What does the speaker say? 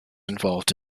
involved